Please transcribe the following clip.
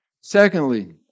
Secondly